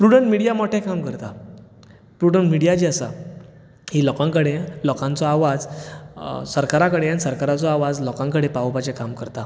prudent Media मोठें काम करता प्रुडंट मिडिया जी आसा ती लोकां कडेन लोकांचो आवाज सरकारा कडेन सरकाराचो आवाज लोकां कडेन पावोवपाचें काम करता